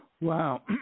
Wow